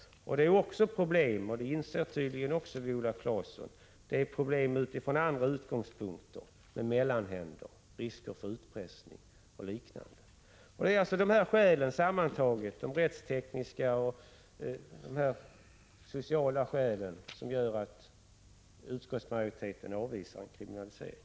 Det är också problem — och det inser tydligen Viola Claesson — utifrån andra utgångspunkter med mellanhänder, risk för utpressning och liknande. Det är alltså dessa skäl sammantagna — de rent tekniska och de sociala — som gör att utskottsmajoriteten avvisar förslaget om kriminalisering.